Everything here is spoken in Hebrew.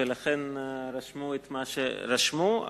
ולכן רשמו את מה שרשמו.